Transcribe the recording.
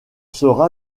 sera